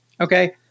Okay